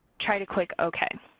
try to click ok.